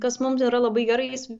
kas mum tai yra labai gerai jis